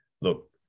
look